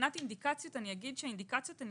האינדיקציות הן